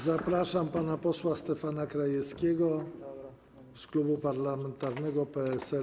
Zapraszam pana posła Stefana Krajewskiego z klubu parlamentarnego PSL.